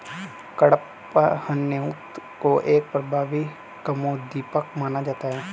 कडपहनुत को एक प्रभावी कामोद्दीपक माना जाता है